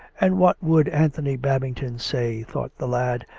and what would anthony babing ton say, thought the lad,